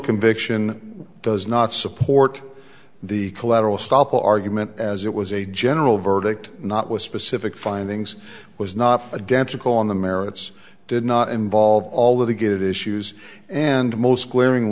conviction does not support the collateral stoppel argument as it was a general verdict not with specific findings was not a dance a call on the merits did not involve all of the good issues and most glaring